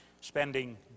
spending